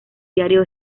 diario